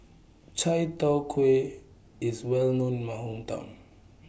Chai Tow Kway IS Well known in My Hometown